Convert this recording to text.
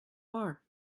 are